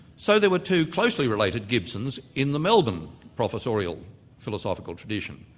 so there were two closely related gibsons in the melbourne professorial philosophical tradition.